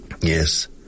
yes